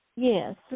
Yes